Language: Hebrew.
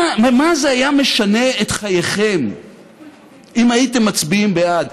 במה זה היה משנה את חייכם אם הייתם מצביעים בעד?